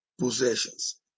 possessions